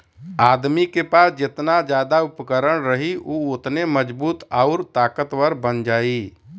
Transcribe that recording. आदमी के पास जेतना जादा उपकरण रही उ ओतने मजबूत आउर ताकतवर बन जाई